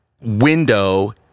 window